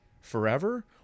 forever